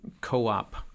Co-op